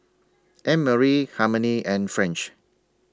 Annmarie Harmony and French